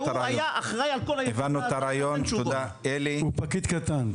שהוא היה אחראי על --- הוא פקיד קטן,